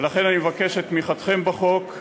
ולכן אני מבקש את תמיכתכם בחוק,